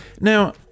Now